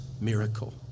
miracle